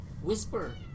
Whisper